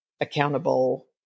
accountable